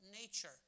nature